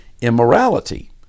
immorality